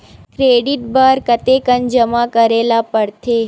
Credit बर कतेकन जमा करे ल पड़थे?